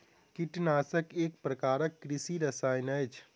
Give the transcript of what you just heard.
कीटनाशक एक प्रकारक कृषि रसायन अछि